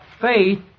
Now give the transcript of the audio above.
faith